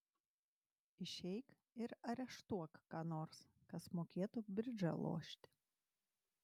išeik ir areštuok ką nors kas mokėtų bridžą lošti